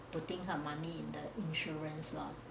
putting her money in the insurance loh